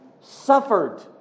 suffered